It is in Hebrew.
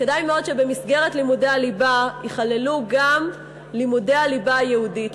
כדאי מאוד שבמסגרת לימודי הליבה ייכללו גם לימודי הליבה היהודית,